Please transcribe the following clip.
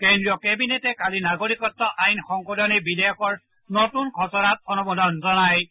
কেন্দ্ৰীয় কেবিনেটে কালি নাগৰিকত্ব আইন সংশোধনী বিধেয়কৰ নতুন খচৰাত অনুমোদন জনাইছে